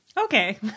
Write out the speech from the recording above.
Okay